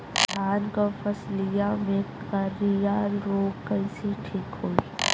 धान क फसलिया मे करईया रोग कईसे ठीक होई?